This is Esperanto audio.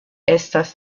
estas